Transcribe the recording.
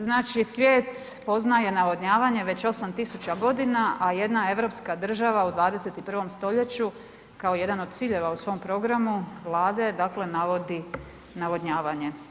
Znači svijet poznaje navodnjavanje već 8 tisuća godina, a jedna europska država u 21. st. kao jedan od ciljeva u svom programu Vlade, dakle, navodi navodnjavanje.